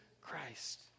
Christ